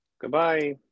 Goodbye